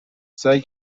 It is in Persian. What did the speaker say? سعی